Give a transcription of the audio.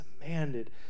demanded